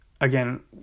Again